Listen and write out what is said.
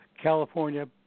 California